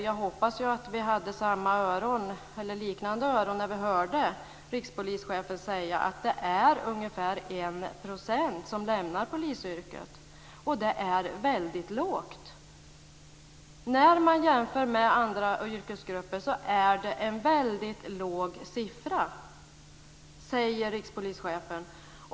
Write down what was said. Jag hoppas att inte bara jag lyssnade när rikspolischefen sade att det är ungefär 1 % som lämnar polisyrket. Jämfört med andra yrkesgrupper är det en väldigt låg andel, sade rikspolischefen.